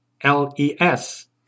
L-E-S